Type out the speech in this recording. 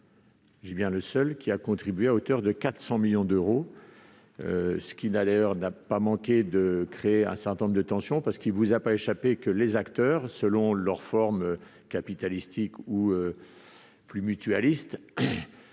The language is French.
au financement de la crise à hauteur de 400 millions d'euros, ce qui n'a d'ailleurs pas manqué de créer un certain nombre de tensions. En effet, il ne vous aura pas échappé que les acteurs, selon leur forme capitalistique ou mutualiste,